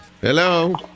Hello